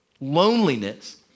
Loneliness